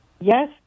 Yes